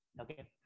Okay